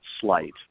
slight